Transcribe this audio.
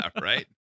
right